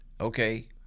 Okay